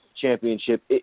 championship